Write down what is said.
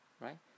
right